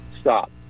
Stop